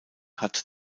hat